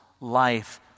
life